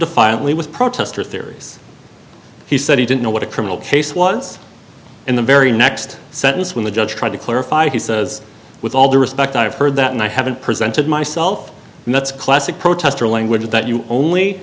defiantly was protester theories he said he didn't know what a criminal case was in the very next sentence when the judge tried to clarify he says with all due respect i have heard that and i haven't presented myself and that's classic protester language that you only